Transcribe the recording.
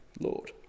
Lord